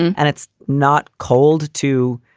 and and it's not cold to,